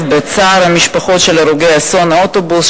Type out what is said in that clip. בצער המשפחות של הרוגי אסון האוטובוס,